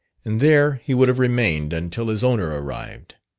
and there he would have remained until his owner arrived.